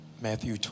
Matthew